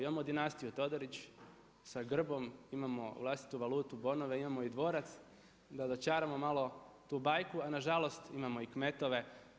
Imamo dinastiju Todorić sa grbom, imamo vlastitu valutu bonove, imamo i dvorac da dočaramo malo tu bajku, a na žalost imamo i kmetove.